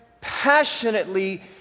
passionately